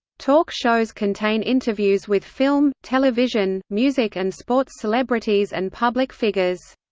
talk shows contain interviews with film, television, music and sports celebrities and public figures.